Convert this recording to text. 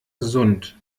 sunt